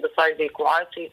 visoj veikloj tai